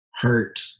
hurt